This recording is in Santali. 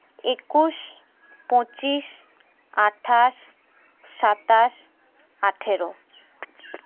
ᱮᱠᱩᱥ ᱯᱚᱸᱪᱤᱥ ᱟᱴᱷᱟᱥ ᱥᱟᱛᱟᱥ ᱟᱴᱷᱮᱨᱚ